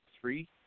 three